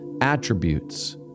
attributes